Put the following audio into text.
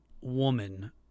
woman